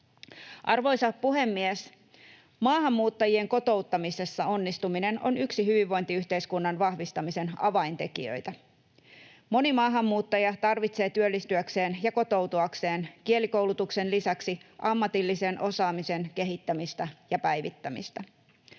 Arvoisa puhemies! Maahanmuuttajien kotouttamisessa onnistuminen on yksi hyvinvointiyhteiskunnan vahvistamisen avaintekijöitä. Moni maahanmuuttaja tarvitsee työllistyäkseen ja kotoutuakseen kielikoulutuksen lisäksi ammatillisen osaamisen kehittämistä ja päivittämistä.